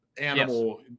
animal